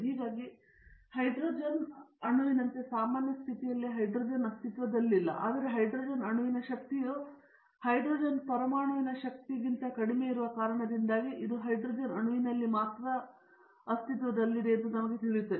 ಹೀಗಾಗಿ ಹೈಡ್ರೋಜನ್ ಅಣುವಿನಂತೆ ಸಾಮಾನ್ಯ ಸ್ಥಿತಿಯಲ್ಲಿ ಹೈಡ್ರೋಜನ್ ಅಸ್ತಿತ್ವದಲ್ಲಿಲ್ಲ ಆದರೆ ಹೈಡ್ರೋಜನ್ ಅಣುವಿನ ಶಕ್ತಿಯು ಹೈಡ್ರೋಜನ್ ಪರಮಾಣುವಿನ ಶಕ್ತಿಗಿಂತ ಕಡಿಮೆಯಿರುವ ಕಾರಣದಿಂದಾಗಿ ಇದು ಹೈಡ್ರೋಜನ್ ಅಣುವಿನಲ್ಲಿ ಮಾತ್ರ ಅಸ್ತಿತ್ವದಲ್ಲಿದೆ ಎಂದು ನಮಗೆ ತಿಳಿಯುತ್ತದೆ